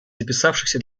записавшихся